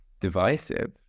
divisive